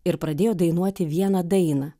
ir pradėjo dainuoti vieną dainą